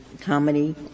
comedy